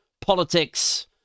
politics